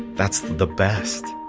that's the best.